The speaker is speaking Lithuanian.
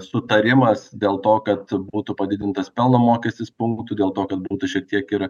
sutarimas dėl to kad būtų padidintas pelno mokestis punktų dėl to kad būtų šiek tiek ir